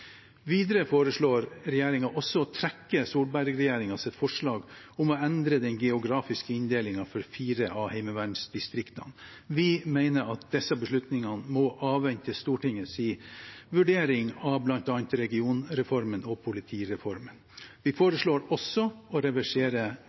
Videre foreslår regjeringen også å trekke Solberg-regjeringens forslag om å endre den geografiske inndelingen for fire av heimevernsdistriktene. Vi mener at disse beslutningene må avvente Stortingets vurdering av bl.a. regionreformen og politireformen. Vi